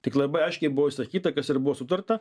tik labai aiškiai buvo išsakyta kas ir buvo sutarta